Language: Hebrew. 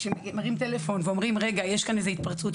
כשבטלפון אומרים שיש כאן איזו התפרצות,